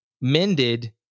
mended